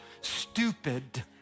stupid